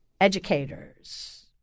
educators